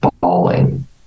bawling